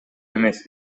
эмес